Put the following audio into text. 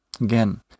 Again